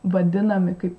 vadinami kaip